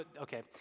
okay